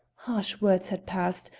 harsh words had passed,